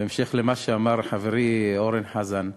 בהמשך למה שאמר חברי אורן חזן,